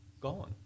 Gone